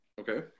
Okay